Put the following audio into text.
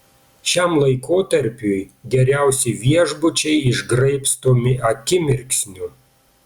šiam laikotarpiui geriausi viešbučiai išgraibstomi akimirksniu